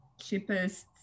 cheapest